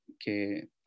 que